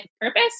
purpose